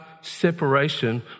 separation